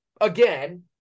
again